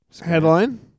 Headline